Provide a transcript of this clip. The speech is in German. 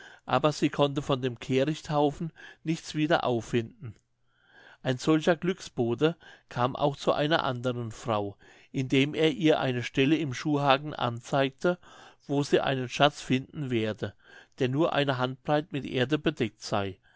aber sie konnte von dem kehrichthaufen nichts wieder auffinden ein solcher glücksbote kam auch zu einer anderen frau indem er ihr eine stelle im schuhhagen anzeigte wo sie einen schatz finden werde der nur eine handbreit mit erde bedeckt sey